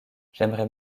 j’aimerais